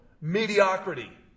mediocrity